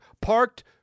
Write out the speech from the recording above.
parked